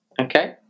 okay